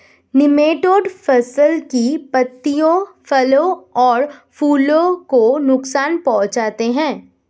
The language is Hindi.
निमैटोड फसल की पत्तियों फलों और फूलों को नुकसान पहुंचाते हैं